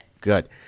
Good